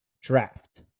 draft